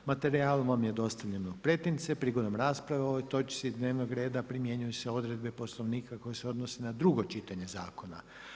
Materijal vam je dostavljen u pretince, prigodom rasprave o ovoj točci dnevnog reda primjenjuju se odredbe Poslovnika koje se odnose na drugo čitanje zakona.